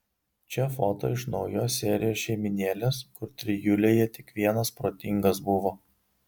čia foto iš naujos serijos šeimynėlės kur trijulėje tik vienas protingas buvo